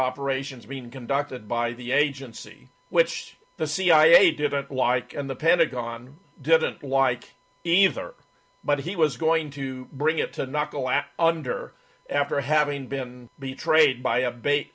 operations being conducted by the agency which the cia didn't like and the pentagon didn't like either but he was going to bring it to knuckle at under after having been betrayed by a bait